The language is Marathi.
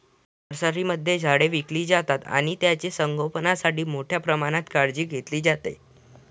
नर्सरीमध्ये झाडे विकली जातात आणि त्यांचे संगोपणासाठी मोठ्या प्रमाणात काळजी घेतली जाते